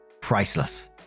priceless